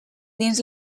dins